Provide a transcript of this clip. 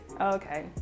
Okay